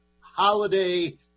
holiday